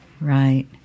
Right